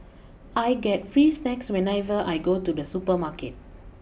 I get free snacks whenever I go to the supermarket